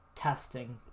Testing